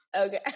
Okay